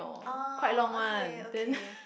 oh okay okay